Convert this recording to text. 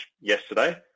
yesterday